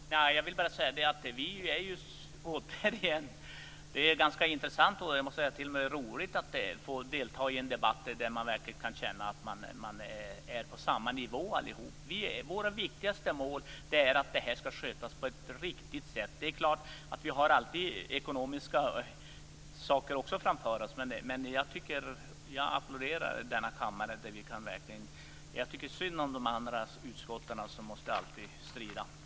Fru talman! Jag vill bara säga att det är ganska intressant och t.o.m. roligt att få delta i en debatt där man verkligen kan känna att allihop är på samma nivå. Våra viktigaste mål är att det här skall skötas på ett riktigt sätt. Det är klart att vi alltid också har ekonomiska saker att ta hänsyn till. Men jag applåderar denna kammare, där vi verkligen kan visa vad vi står för. Jag tycker synd om de andra utskotten som alltid måste strida.